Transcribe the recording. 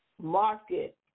market